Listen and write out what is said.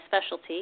specialty